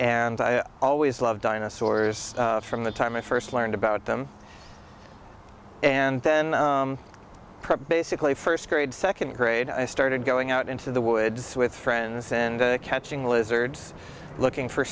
and i always loved dinosaurs from the time i first learned about them and then basically first grade second grade i started going out into the woods with friends and catching lizards looking for